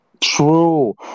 True